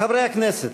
חברי הכנסת,